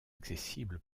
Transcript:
accessible